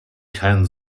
keinen